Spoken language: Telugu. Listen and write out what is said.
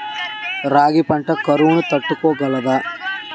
రాగి పంట కరువును తట్టుకోగలదా?